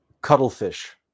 cuttlefish